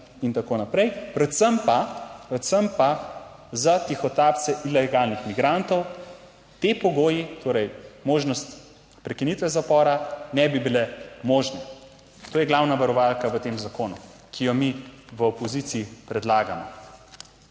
in tako naprej, predvsem pa, predvsem pa za tihotapce ilegalnih migrantov ti pogoji, torej možnost prekinitve zapora, ne bi bile možne. To je glavna varovalka v tem zakonu, ki jo mi v opoziciji predlagamo.